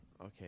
Okay